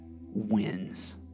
wins